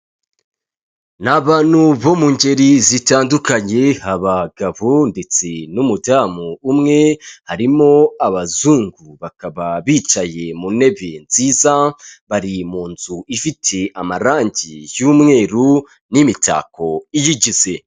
Ni abantu bo mu ngeri zitandukanye abagabo ndetse n'umudamu umwe, harimo abazungu bakaba bicaye mu ntebe nziza, bari mu nzu ifite amarange y'umweru n'imitako iyigize.